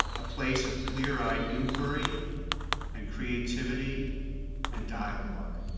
a place of clear-eyed inquiry and creativity and dialogue.